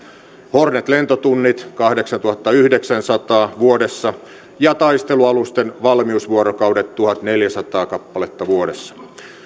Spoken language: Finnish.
hornet lentotunnit kahdeksassatuhannessayhdeksässäsadassa vuodessa ja taistelualusten valmiusvuorokaudet tuhatneljäsataa kappaletta vuodessa